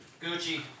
Gucci